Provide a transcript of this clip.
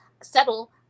settle